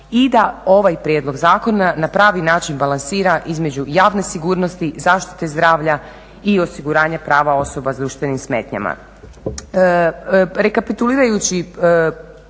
i da ovaj prijedlog zakona na pravi način balansira između javne sigurnosti, zaštite zdravlja i osiguranja prava osoba s duševnim smetnjama.